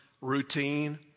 routine